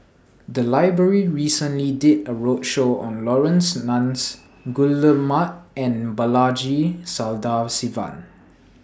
The Library recently did A roadshow on Laurence Nunns Guillemard and Balaji Sadasivan